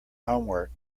homework